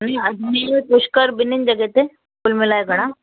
पुष्कर ॿिनिनि जॻह ते ॿई मिलाए घणा